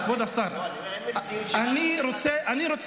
כבוד השר --- אני אומר שאין מציאות שבה כל אחד מתנהל --- כבוד השר,